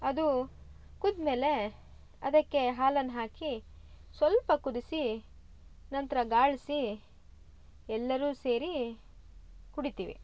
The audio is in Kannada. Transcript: ಅದು ಕುದ್ದಮೇಲೆ ಅದಕ್ಕೆ ಹಾಲನ್ನು ಹಾಕಿ ಸ್ವಲ್ಪ ಕುದಿಸಿ ನಂತರ ಗಾಳಿಸಿ ಎಲ್ಲರು ಸೇರಿ ಕುಡಿತೀವಿ